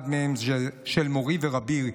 אחד מהם הוא של מורי ורבי,